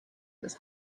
this